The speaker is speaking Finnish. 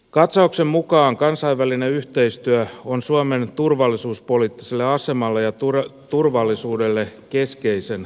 katsauksen mukaan kansainvälinen yhteistyö on suomen turvallisuuspoliittiselle asemalle ja turvallisuudelle keskeisen tärkeää